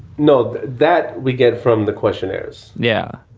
not that we get from the questionnaires. yeah.